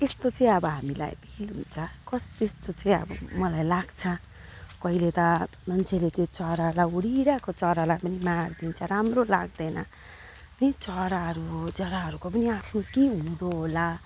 यस्तो चाहिँ अब हामीलाई फिल हुन्छ कस्तो त्यस्तो चाहिँ अब मलाई लाग्छ कहिले त मान्छेले त्यो चरालाई उडिरहेको चरालाई पनि मारिदिन्छ राम्रो लाग्दैन नि चराहरू हो चराहरूको पनि आफ्नो के हुँदो होला